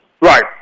Right